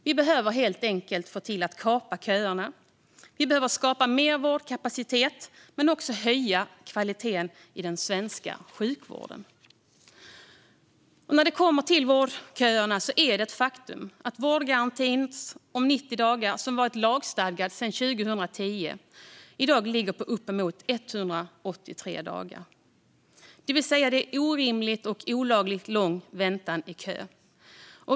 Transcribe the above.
Vi behöver kapa köerna, skapa mer vårdkapacitet och höja kvaliteten i den svenska sjukvården. Trots att vårdgarantin om 90 dagar varit lagstadgad sedan 2010 är det ett faktum att vårdköerna i dag ligger på uppemot 183 dagar. Det är alltså orimligt och olaglig lång väntan i kö.